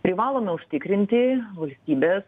privalome užtikrinti valstybės